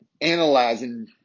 analyzing